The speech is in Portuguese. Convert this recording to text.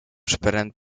esperando